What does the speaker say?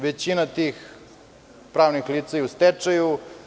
Većina tih pravnih lica je u stečaju.